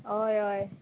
होय होय